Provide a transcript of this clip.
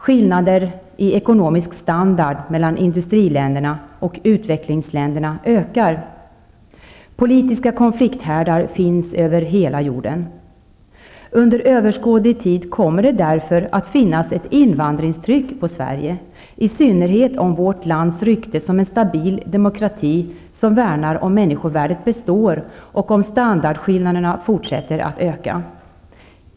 Skillnaderna i ekonomisk standard mellan industriländerna och utvecklingsländerna ökar. Politiska konflikthärdar finns över hela jorden. Under överskådlig tid kommer det därför att finnas ett ''invandringstryck'' på Sverige -- i synnerhet om vårt lands rykte som en stabil demokrati som värnar människovärdet består och om standardskillnaderna fortsätter att öka.